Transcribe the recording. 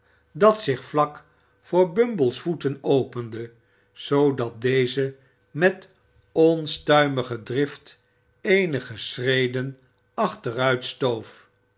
dat zich vlak voor bumble's voeten opende zoodat deze met onstuimige drilt eenige schreden